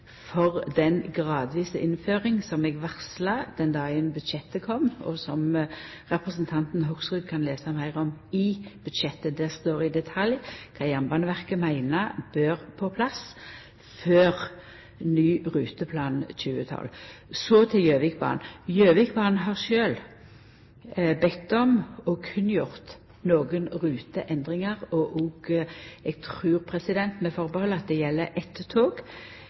den gradvise innføringa som eg varsla den dagen budsjettet kom, og som representanten Hoksrud kan lesa meir om i budsjettet. Der står det i detalj kva Jernbaneverket meiner bør på plass før ny «Ruteplan 2012». Så til Gjøvikbanen. Gjøvikbanen har sjølv bedt om og kunngjort nokre ruteendringar, og eg trur – med atterhald – det gjeld eitt tog.